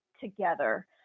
together